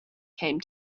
came